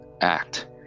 act